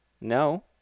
No